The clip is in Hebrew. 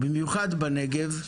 במיוחד בנגב: